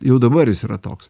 jau dabar jis yra toks